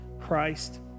Christ